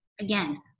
Again